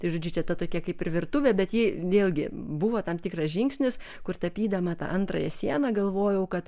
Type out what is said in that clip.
tai žodžiu čia ta tokia kaip ir virtuvė bet ji vėlgi buvo tam tikras žingsnis kur tapydama tą antrąją sieną galvojau kad